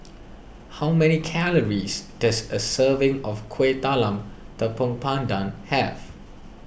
how many calories does a serving of Kueh Talam Tepong Pandan have